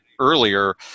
earlier